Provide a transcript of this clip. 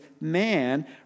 man